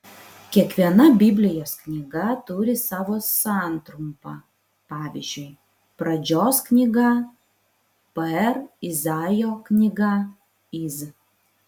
kiekviena biblijos knyga turi savo santrumpą pavyzdžiui pradžios knyga pr izaijo knyga iz